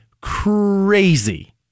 crazy